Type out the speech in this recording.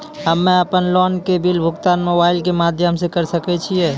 हम्मे अपन लोन के बिल भुगतान मोबाइल के माध्यम से करऽ सके छी?